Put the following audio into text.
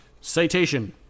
Citation